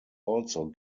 also